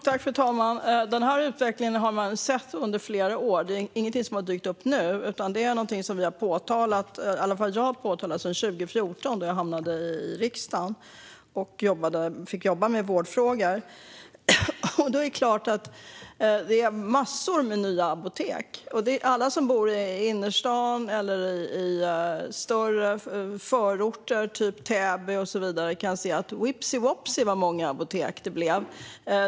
Fru talman! Den här utvecklingen har man sett under flera år. Det är ingenting som har dykt upp nu. Jag har påtalat detta sedan 2014 då jag hamnade i riksdagen och fick jobba med vårdfrågor. Det är klart att det finns massor av nya apotek. Alla som bor i innerstaden eller i större förorter som till exempel Täby kan se att hoppsan vad många apotek det har blivit.